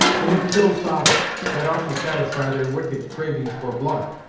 they have killed father that ought to satisfy their wicked cravings for blood,